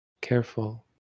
careful